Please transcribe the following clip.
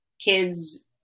kids